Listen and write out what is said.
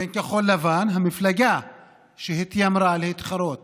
בין כחול לבן, המפלגה שהתיימרה להתחרות